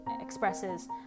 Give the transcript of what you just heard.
expresses